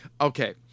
okay